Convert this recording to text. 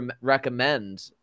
recommend